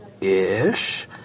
ish